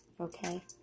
Okay